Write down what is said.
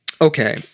Okay